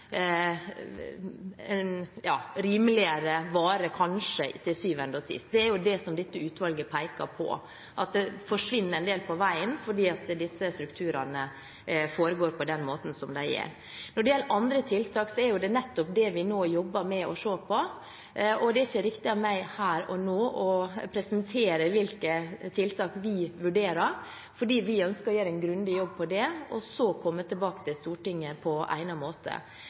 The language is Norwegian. rimeligere varer – kanskje – til syvende og sist. Det er jo det dette utvalget peker på, at det forsvinner en del på veien på grunn av disse strukturene. Når det gjelder andre tiltak, er det nettopp det vi nå jobber med å se på, og det er ikke riktig av meg her og nå å presentere hvilke tiltak vi vurderer, for vi ønsker å gjøre en grundig jobb og så komme tilbake til Stortinget på egnet måte.